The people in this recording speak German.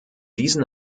diesen